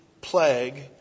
plague